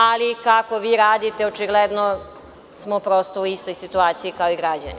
Ali, kako vi radite, očigledno smo prosto u istoj situaciji kao i građani.